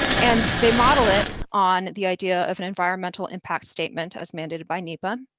and they model it on the idea of an environmental impact statement as mandated by nepa.